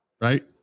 right